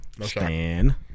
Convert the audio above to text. Stan